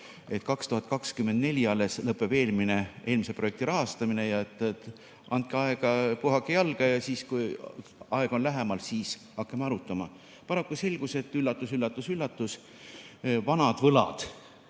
2024 alles lõpeb eelmise projekti rahastamine ja andke aega, puhake jalga ja siis, kui aeg on lähemal, hakkame arutama. Paraku selgus, et üllatus-üllatus-üllatus, vanad võlad,